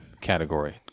category